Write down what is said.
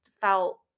felt